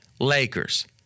Lakers